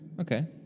Okay